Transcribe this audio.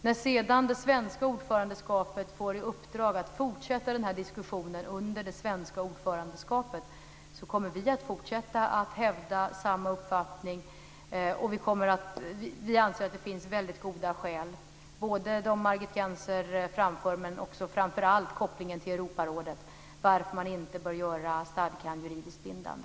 När vi sedan får i uppdrag att fortsätta den här diskussionen under det svenska ordförandeskapet kommer vi att fortsätta att hävda samma uppfattning, och vi anser att det finns väldigt goda skäl - de som Margit Gennser framförde och framför allt kopplingen till Europarådet - till att man inte bör göra stadgan juridiskt bindande.